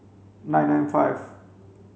nine nine five